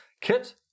Kit